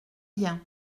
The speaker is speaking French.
bien